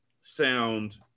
sound